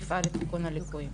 נפעל לתיקון הליקויים.